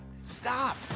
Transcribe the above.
Stop